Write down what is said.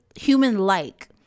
human-like